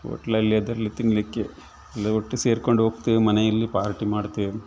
ಹೋಟ್ಲಲ್ಲಿ ಅದರಲ್ಲಿ ತಿನ್ಲಿಕ್ಕೆ ಎಲ್ಲ ಒಟ್ಟು ಸೇರ್ಕೊಂಡು ಹೋಗ್ತೆವೆ ಮನೆಯಲ್ಲಿ ಪಾರ್ಟಿ ಮಾಡ್ತೆವೆ